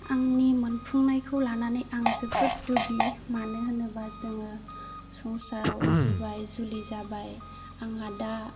आंनि मोनफुंनायखौ लानानै आं जोबोद दुगि मानो होनोबा जोङो संसाराव जुलि जाबाय आंहा दा